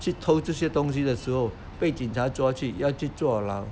去偷这些东西的时候被警察抓去要去坐牢